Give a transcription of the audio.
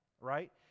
right